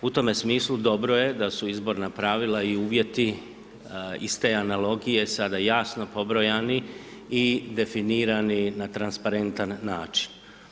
U tome smislu dobro je da su izborna pravila i uvjeti iz te analogije sada jasno pobrojani i definirani na transparentan način.